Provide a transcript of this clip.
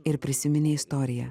ir prisiminė istoriją